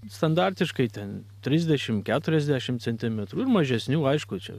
standartiškai ten trisdešimt keturiasdešimt centimetrų ir mažesnių aišku čia